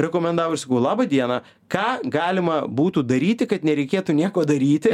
rekomendavo ir sakau laba diena ką galima būtų daryti kad nereikėtų nieko daryti